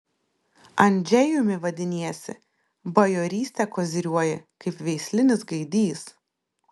andžejumi vadiniesi bajoryste koziriuoji kaip veislinis gaidys